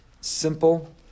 simple